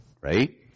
right